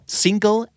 single